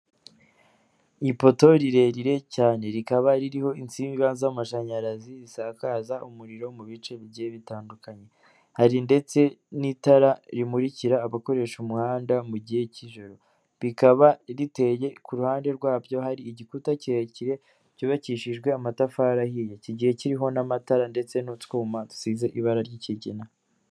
Ipoto rirerire cyane, rikaba ririho insinga z'amashanyarazi zisakaza umuriro mu bice bigiye bitandukanye, hari ndetse n'itara rimurikira abakoresha umuhanda mu gihe cy'ijoro, rikaba riteye ku ruhande rwabyo hari igikuta kirekire cyubakishijwe amatafari ahiye, kigiye kiriho n'amatara ndetse n'utwuma dusize ibara ry'ikigina.